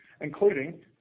including